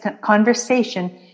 conversation